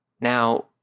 Now